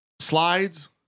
slides